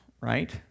right